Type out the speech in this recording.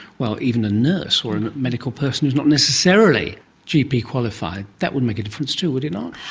well, even a nurse or and a medical person who's not necessarily gp qualified, that would make a difference too, would it not?